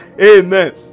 Amen